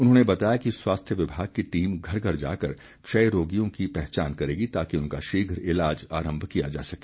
उन्होंने बताया कि स्वास्थ्य विभाग की टीम घर घर जाकर क्षय रोगियों की पहचान करेगी ताकि उनका शीघ्र इलाज आरंभ किया जा सके